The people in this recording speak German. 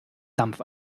dampf